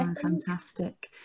Fantastic